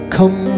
Come